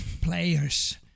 players